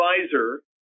advisor